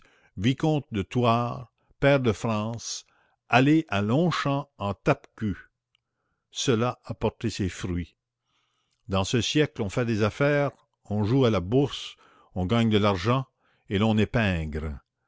vicomte de thouars pair de france aller à longchamp en tapecul cela a porté ses fruits dans ce siècle on fait des affaires on joue à la bourse on gagne de l'argent et l'on est pingre